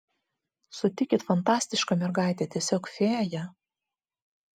sutikit fantastiška mergaitė tiesiog fėja